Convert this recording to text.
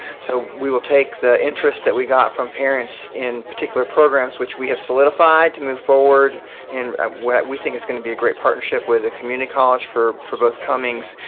so we will take the interest that we got from parents in particular programs, which we have solidified to move forward in what we think is going to be a great partnership with a community college for for both cummings